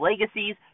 Legacies